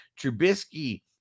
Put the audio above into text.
Trubisky